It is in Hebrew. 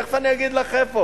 תיכף אני אגיד לך איפה.